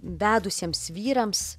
vedusiems vyrams